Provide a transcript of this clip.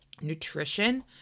nutrition